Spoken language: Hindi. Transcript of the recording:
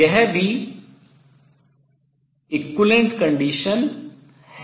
यह भी equivalent condition समतुल्य शर्त है